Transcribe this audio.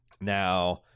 Now